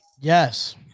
Yes